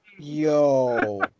Yo